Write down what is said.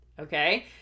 okay